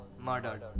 murdered